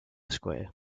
square